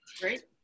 Great